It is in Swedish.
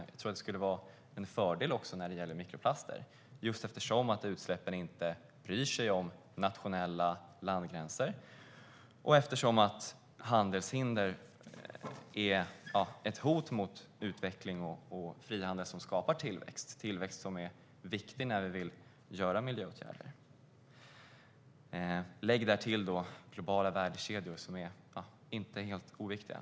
Jag tror att det skulle vara en fördel också när det gäller mikroplaster, eftersom utsläppen inte bryr sig om nationella landgränser och eftersom handelshinder är ett hot mot utveckling och frihandel som skapar tillväxt. Tillväxt är nämligen viktig när vi vill vidta miljöåtgärder. Därtill kan man lägga globala värdekedjor som inte är helt oviktiga.